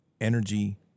energy